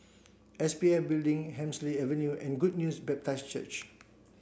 S P F Building Hemsley Avenue and Good News Baptist Church